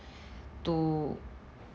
to